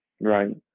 right